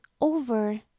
over